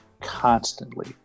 constantly